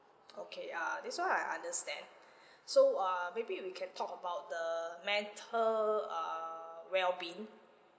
okay uh this one I understand so uh maybe we can talk about the mental err wellbeing